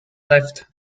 left